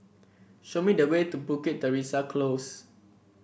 show me the way to Bukit Teresa Close